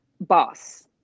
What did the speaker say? boss